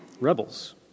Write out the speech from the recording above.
rebels